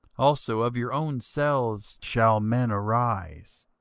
also of your own selves shall men arise,